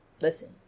listen